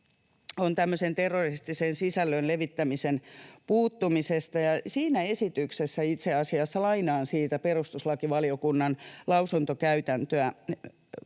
241 terroristisen sisällön levittämiseen puuttumisesta. Siinä esityksessä itse asiassa, lainaan siitä perustuslakivaliokunnan lausuntokäytäntöä: